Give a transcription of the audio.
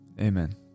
amen